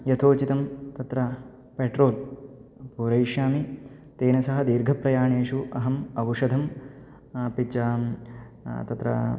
यथोचितं तत्र पेट्रोल् पूरयिष्यामि तेन सह दीर्घप्रयाणेषु अहम् औषधम् अपि च तत्र